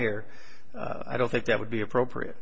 here i don't think that would be appropriate